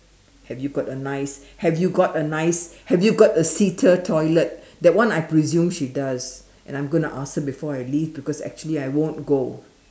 have you got a nice have you got a nice have you got a seater toilet that one I presume she does and I'm going to ask her before I leave because actually I won't go